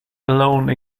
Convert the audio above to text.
alone